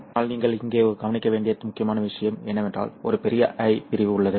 ஆனால் நீங்கள் இங்கே கவனிக்க வேண்டிய முக்கியமான விஷயம் என்னவென்றால் ஒரு பெரிய I பிரிவு உள்ளது